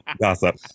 gossip